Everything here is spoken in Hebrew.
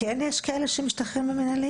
אני לא חושבת שלא צריכים להיענש בשיא החומרה על מרמה,